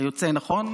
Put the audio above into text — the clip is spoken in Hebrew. זה נכון,